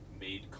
made